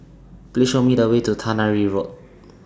Please Show Me The Way to Tannery Road